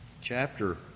chapter